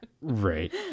Right